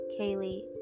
kaylee